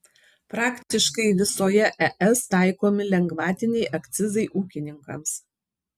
praktiškai visoje es taikomi lengvatiniai akcizai ūkininkams